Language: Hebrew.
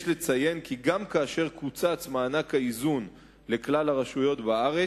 יש לציין כי גם כאשר קוצץ מענק האיזון לכלל הרשויות בארץ,